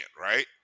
right